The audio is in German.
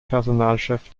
personalchef